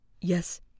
Yes